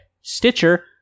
Stitcher